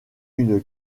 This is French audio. une